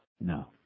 No